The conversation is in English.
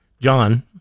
John